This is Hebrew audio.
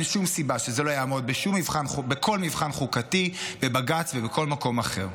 אין שום סיבה שזה לא יעמוד בכל מבחן חוקתי בבג"ץ ובכל מקום אחר.